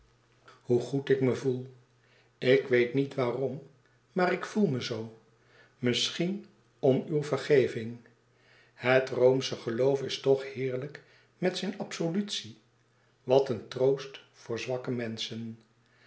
hoe goed ik me voel ik weet niet waarom maar ik voel me zoo misschien om uw vergeving het roomsche geloof is toch heerlijk met zijn absolutie wat een troost voor zwakke menschen